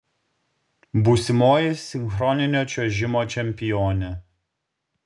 būsimoji sinchroninio čiuožimo čempionė